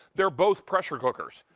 they're both pressure cookers.